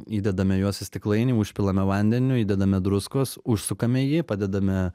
įdedame juos į stiklainį užpilame vandeniu įdedame druskos užsukame jį padedame